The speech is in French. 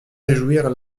réjouir